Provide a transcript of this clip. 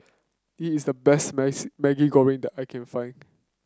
this is the best Maggi Goreng that I can find